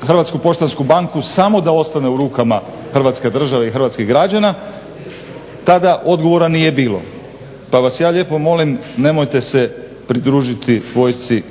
dokapitalizirati HPB samo da ostane u rukama Hrvatske države i hrvatskih građana, tada odgovora nije bilo. Pa vas ja lijepo molim nemojte se pridružiti vojsci